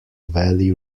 valley